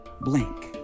blank